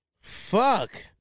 Fuck